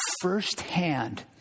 firsthand